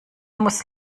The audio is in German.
muss